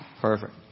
Perfect